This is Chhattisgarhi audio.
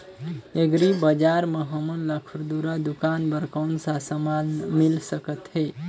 एग्री बजार म हमन ला खुरदुरा दुकान बर कौन का समान मिल सकत हे?